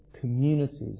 communities